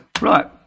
Right